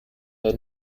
der